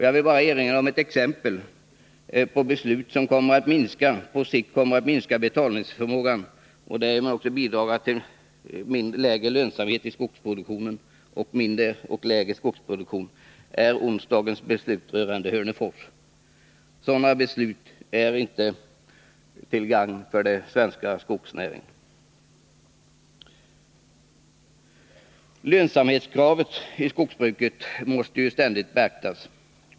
Jag vill bara erinra om ett exempel på beslut som på sikt kommer att minska betalningsförmågan och därmed bidra till sämre lönsamhet i skogsproduktionen och lägre skogsproduktion, och det är onsdagens beslut rörande Hörnefors. Sådana beslut är inte till gagn för den svenska skogsnäringen. Lönsamhetskravet i skogsbruket måste ständigt beaktas.